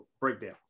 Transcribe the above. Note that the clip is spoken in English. breakdown